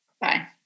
Bye